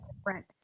different